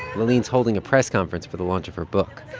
laaleen's holding a press conference for the launch of her book.